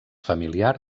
familiar